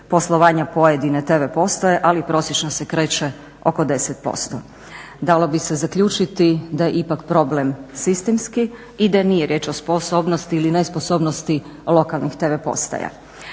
poslovanja pojedine TV postaje, ali prosječno se kreće oko 10%. Dalo bi se zaključiti da je ipak problem sistemski i da nije riječ o sposobnosti ili nesposobnosti lokalnih TV postaja.